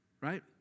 Right